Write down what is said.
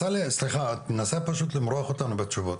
סליחה, את מנסה פשוט למרוח אותנו בתשובות.